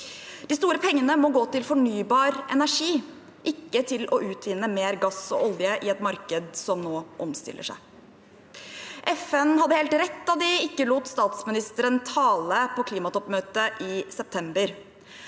De store pengene må gå til fornybar energi, ikke til å utvinne mer gass og olje i et marked som nå omstiller seg. FN hadde helt rett da de ikke lot statsministeren tale på klimatoppmøtet i september.